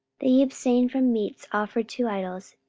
that ye abstain from meats offered to idols,